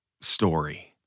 story